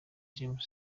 king